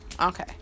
okay